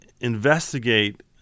investigate